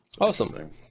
Awesome